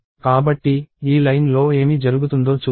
కాబట్టి ఈ లైన్లో ఏమి జరుగుతుందో చూద్దాం